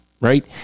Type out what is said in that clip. Right